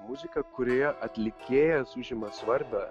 muzika kurioje atlikėjas užima svarbią